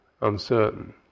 uncertain